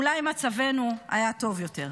אולי מצבנו היה טוב יותר.